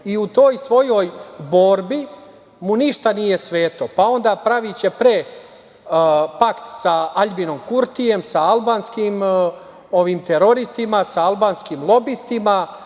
i u toj svojoj borbi mu ništa nije sveto, pa onda praviće pre pakt sa Aljbinom Kurtijem, sa albanskim teroristima, sa albanskim lobistima,